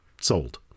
sold